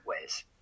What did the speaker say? ways